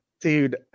Dude